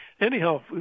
Anyhow